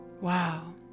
wow